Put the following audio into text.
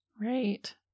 Right